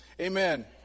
Amen